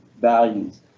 values